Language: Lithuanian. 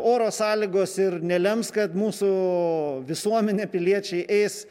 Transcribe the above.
oro sąlygos ir nelems kad mūsų visuomenė piliečiai eis